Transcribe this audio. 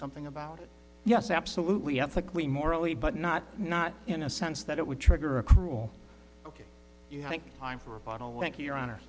something about it yes absolutely ethically morally but not not in a sense that it would trigger a cruel you think i'm for a bottle went here on earth